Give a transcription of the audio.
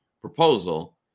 proposal